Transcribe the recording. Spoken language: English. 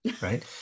right